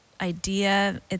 idea